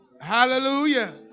Hallelujah